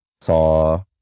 saw